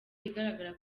igaragara